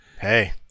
Hey